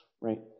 right